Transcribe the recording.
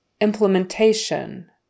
Implementation